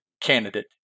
candidate